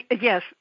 Yes